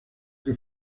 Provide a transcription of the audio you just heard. que